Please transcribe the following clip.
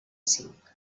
cinc